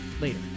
later